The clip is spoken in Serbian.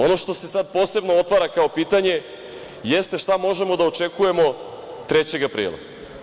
Ono što se sad posebno otvara kao pitanje jeste šta možemo da očekujemo 3. aprila?